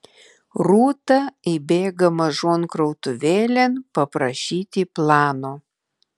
rūta įbėga mažon krautuvėlėn paprašyti plano